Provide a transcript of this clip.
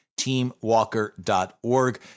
Teamwalker.org